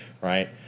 right